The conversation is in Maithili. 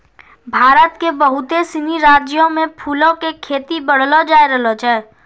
भारत के बहुते सिनी राज्यो मे फूलो के खेती बढ़लो जाय रहलो छै